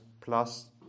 plus